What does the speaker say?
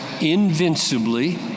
invincibly